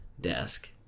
desk